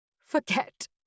forget